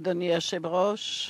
אדוני היושב-ראש,